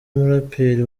muraperi